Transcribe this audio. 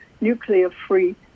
nuclear-free